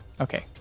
okay